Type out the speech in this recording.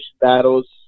battles